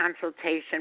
consultation